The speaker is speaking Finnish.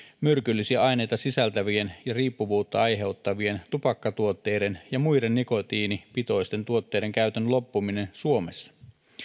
myrkyllisiä aineita sisältävien ja riippuvuutta aiheuttavien tupakkatuotteiden ja muiden nikotiinipitoisten tuotteiden käytön loppuminen suomessa